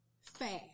fast